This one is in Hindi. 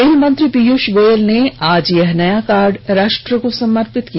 रेलमंत्री पीयूष गोयल ने आज यह नया कार्ड राष्ट्र को समर्पित किया